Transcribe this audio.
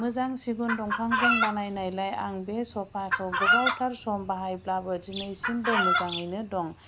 मोजां सिगुन दंफांजों बानायनाय लाय आं बे सपाखौ गोबावथार सम बाहायब्लाबो दिनैसिमबो मोजाङैनो दं